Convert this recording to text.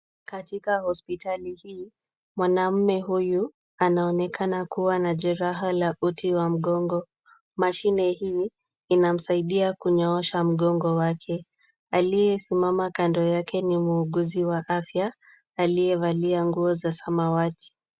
Katika hospitali hii, mwanamume huyu anaonekana kuwa na jeraha la uti wa mgongo. Mashine hii inamsaidia kunyoosha mgongo wake. Aliyesimama kando yake ni muuguzi wa afya, aliyevalia nguo za samawati.